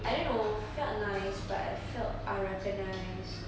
I don't know felt nice but I felt unrecognised